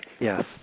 Yes